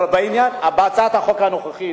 בהצעת החוק הנוכחית,